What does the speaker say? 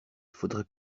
faudrait